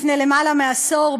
לפני למעלה מעשור.